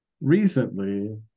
recently